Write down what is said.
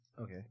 Okay